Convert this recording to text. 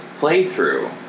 playthrough